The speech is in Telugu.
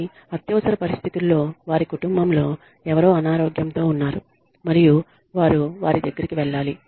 కానీ అత్యవసర పరిస్థితుల్లో వారి కుటుంబంలో ఎవరో అనారోగ్యంతో ఉన్నారు మరియు వారు వారి దగ్గరికి వెళ్ళాలి